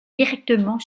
directement